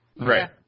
Right